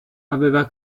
aveva